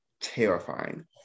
terrifying